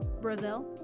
brazil